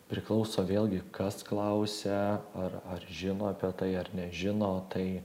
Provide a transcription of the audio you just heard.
priklauso vėlgi kas klausia ar ar žino apie tai ar nežino tai